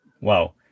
Wow